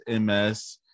MS